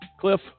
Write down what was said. Cliff